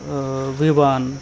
विबान